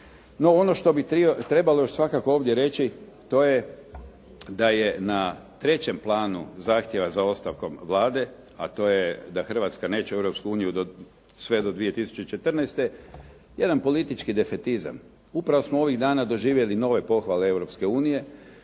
ono što bi trebalo još svakako ovdje reći to je da je na trećem planu zahtjeva za ostavkom Vlade, to je da Hrvatska neće u Europsku uniju sve do 2014., jedan politički defetizam, upravo smo ovih dana doživjeli nove pohvale